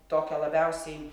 tokią labiausiai